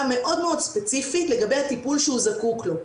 מאוד מאוד ספציפית לגבי הטיפול שהוא זקוק לו.